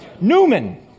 Newman